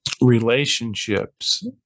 relationships